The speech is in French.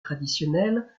traditionnel